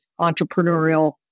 entrepreneurial